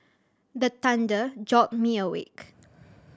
the thunder jolt me awake